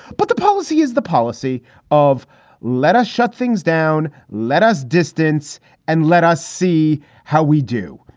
but the policy is the policy of let us shut things down, let us distance and let us see how we do.